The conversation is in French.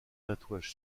tatouage